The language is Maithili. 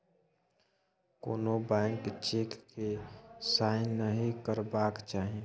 कोनो ब्लैंक चेक केँ साइन नहि करबाक चाही